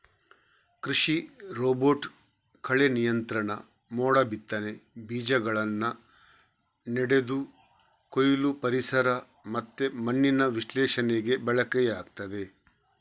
ಕೃಷಿ ರೋಬೋಟ್ ಕಳೆ ನಿಯಂತ್ರಣ, ಮೋಡ ಬಿತ್ತನೆ, ಬೀಜಗಳನ್ನ ನೆಡುದು, ಕೊಯ್ಲು, ಪರಿಸರ ಮತ್ತೆ ಮಣ್ಣಿನ ವಿಶ್ಲೇಷಣೆಗೆ ಬಳಕೆಯಾಗ್ತದೆ